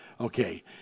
Okay